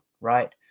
right